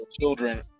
children